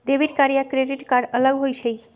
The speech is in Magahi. डेबिट कार्ड या क्रेडिट कार्ड अलग होईछ ई?